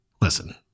listen